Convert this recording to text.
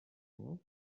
you